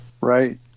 Right